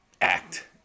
act